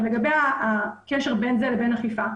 לגבי הקשר בין זה לבין אכיפה.